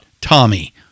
Tommy